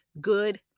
good